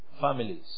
families